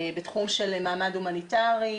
בתחום של מעמד הומניטרי,